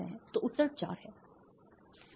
तो उत्तर चार है